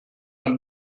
ein